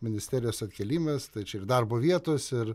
ministerijos atkėlimas tai čia ir darbo vietos ir